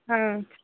हँ